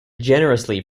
generously